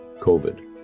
COVID